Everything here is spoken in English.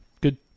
Good